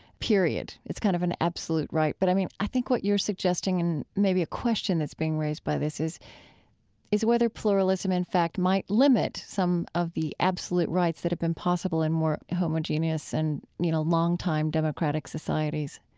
period. it's kind of an absolute right. but i mean, what i think you're suggesting and maybe a question that's being raised by this, is is whether pluralism, in fact, might limit some of the absolute rights that have been possible in more homogeneous and, you know, longtime democratic societies